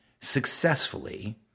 successfully